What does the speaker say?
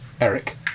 Eric